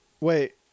Wait